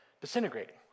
disintegrating